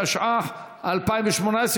התשע"ח 2018,